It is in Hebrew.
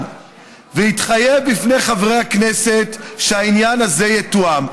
והתחייב בפני חברי הכנסת שהעניין הזה יתואם.